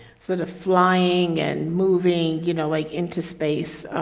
sort of flying and moving, you know, like into space,